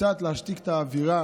קצת להשתיק את האווירה